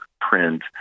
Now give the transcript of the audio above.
print